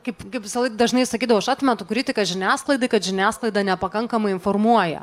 kaip kaip visąlaik dažnai sakydavau aš atmetu kritiką žiniasklaidai kad žiniasklaida nepakankamai informuoja